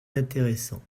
intéressant